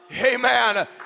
Amen